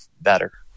better